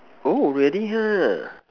oh really ha